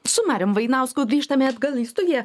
su marium vainausku grįžtame atgal į studiją